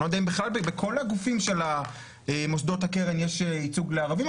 אני לא יודע אם בכל הגופים של מוסדות הקרן יש ייצוג לערבים,